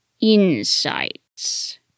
insights